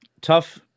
Tough